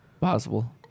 Possible